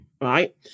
right